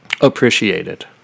appreciated